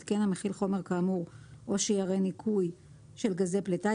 התקן המכיל חומר כאמור או שיירי ניקוי של גזי פליטה,